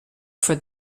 for